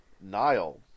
Nile